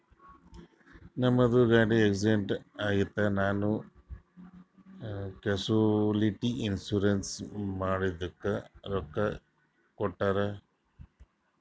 ನಮ್ದು ಗಾಡಿ ಆಕ್ಸಿಡೆಂಟ್ ಆಗಿತ್ ನಾ ಕ್ಯಾಶುಲಿಟಿ ಇನ್ಸೂರೆನ್ಸ್ ಮಾಡಿದುಕ್ ರೊಕ್ಕಾ ಕೊಟ್ಟೂರ್